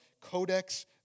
Codex